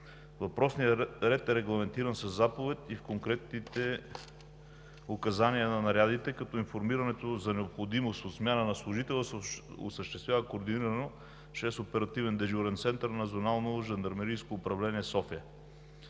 Въпросният ред е регламентиран със заповед и в конкретните указания на нарядите, като информирането за необходимост от смяна на служителя се осъществява координирано чрез оперативен дежурен център на Национално жандармерийско управление – София.